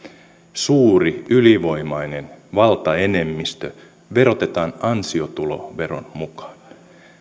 suuri ylivoimainen valtaenemmistö verotetaan ansiotuloveron mukaan